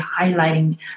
highlighting